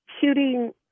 shooting